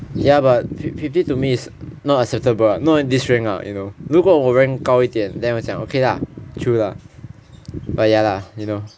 ya but fifty to me is not acceptable lah not in this rank lah you know 如果我 rank 高一点 then 我讲 okay lah true lah but ya lah you know